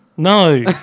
No